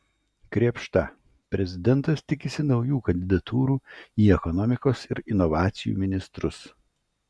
krėpšta prezidentas tikisi naujų kandidatūrų į ekonomikos ir inovacijų ministrus